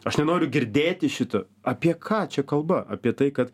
aš nenoriu girdėti šito apie ką čia kalba apie tai kad